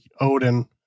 Odin